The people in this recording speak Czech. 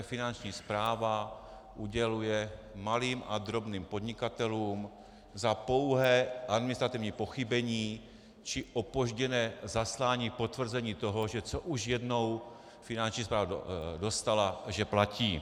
Finanční správa uděluje malým a drobným podnikatelům za pouhé administrativní pochybení či opožděné zaslání potvrzení toho, že co už jednou Finanční správa dostala, že platí.